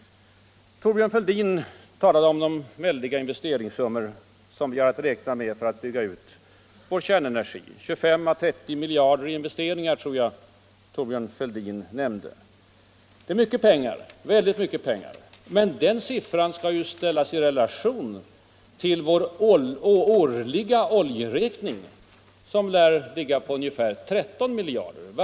Thorbjörn Fälldin talade om de väldiga investeringssummor som vi har att räkna med för att bygga ut vår kärnenergi — 25 å 30 miljarder kronor i investeringar tror jag Thorbjörn Fälldin nämnde. Det är mycket pengar. Men beloppen skall ställas i relation till vår årliga oljeräkning, som lär ligga på ungefär 13 miljarder kronor.